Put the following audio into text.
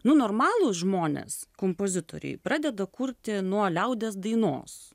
nu normalūs žmonės kompozitoriai pradeda kurti nuo liaudies dainos